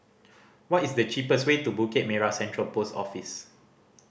what is the cheapest way to Bukit Merah Central Post Office